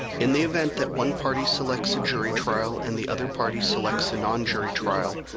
in the event that one party selects a jury trial and the other party selects a non-jury trial,